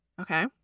Okay